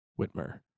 Whitmer